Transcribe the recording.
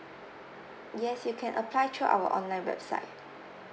yes you can apply through our online website